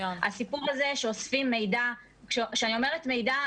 הסיפור הזה שאוספים מידע כשאני אומרת מידע,